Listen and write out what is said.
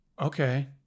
Okay